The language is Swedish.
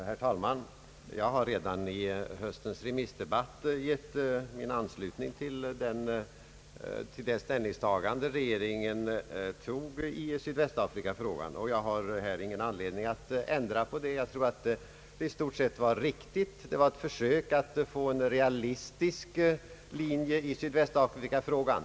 Herr talman! Jag har redan i höstens remissdebatt gett min anslutning till regeringens ställningstagande i sydvästafrikafrågan, och jag har ingen anledning att ändra min hållning, Jag tror att det i stort sett var riktigt. Det var ett försök att få en realistisk linje i sydvästafrikafrågan.